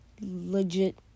legit